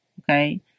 okay